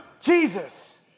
Jesus